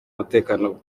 umutekano